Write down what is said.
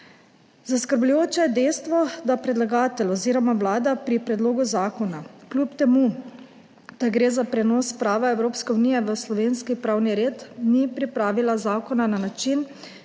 Zaskrbljujoče je dejstvo, da predlagatelj oziroma Vlada pri predlogu zakona kljub temu, da gre za prenos prava Evropske unije v slovenski pravni red, ni pripravila zakona na način,